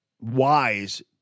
wise